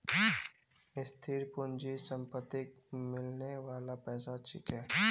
स्थिर पूंजी संपत्तिक मिलने बाला पैसा छिके